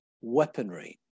weaponry